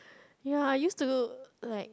ya I used to like